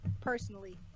personally